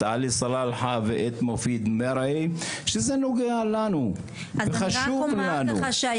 את עלי סלאלחה ואת מופיד מרעי שזה נוגע לנו וחשוב לנו,